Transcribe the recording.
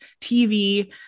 TV